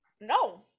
no